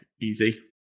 easy